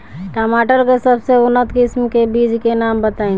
टमाटर के सबसे उन्नत किस्म के बिज के नाम बताई?